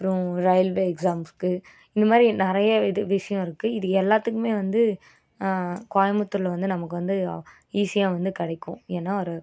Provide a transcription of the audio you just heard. அப்புறம் ரயில்வே எக்ஸாம்ஸுக்கு இந்த மாதிரி நிறைய இது விஷயம் இருக்குது இது எல்லாத்துக்குமே வந்து கோயபுத்தூர்ல வந்து நமக்கு வந்து ஈஸியாக வந்து கிடைக்கும் ஏன்னால் ஒரு